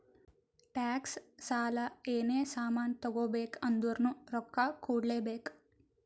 tax, ಸಾಲ, ಏನೇ ಸಾಮಾನ್ ತಗೋಬೇಕ ಅಂದುರ್ನು ರೊಕ್ಕಾ ಕೂಡ್ಲೇ ಬೇಕ್